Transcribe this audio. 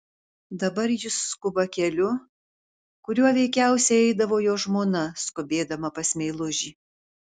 dabar jis skuba keliu kuriuo veikiausiai eidavo jo žmona skubėdama pas meilužį